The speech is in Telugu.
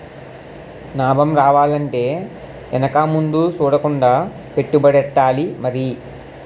నాబం రావాలంటే ఎనక ముందు సూడకుండా పెట్టుబడెట్టాలి మరి